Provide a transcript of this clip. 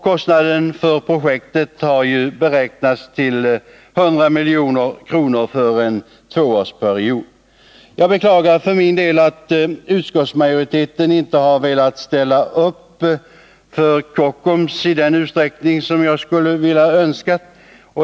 Kostnaden för projektet har beräknats till 100 milj.kr. för en tvåårsperiod. Jag beklagar för min del att utskottsmajoriteten inte har velat ställa upp för Kockumsi den utsträckning som jag hade önskat.